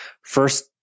first